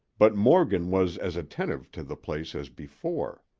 but morgan was as attentive to the place as before.